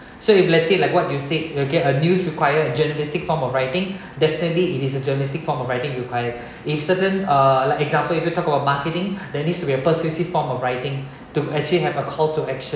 so if let's say like what you said you will get a news require journalistic form of writing definitely it is a journalistic form of writing required if certain uh like example if you talk about marketing that needs to be a persuasive form of writing to actually have a call to action